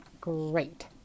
great